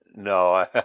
no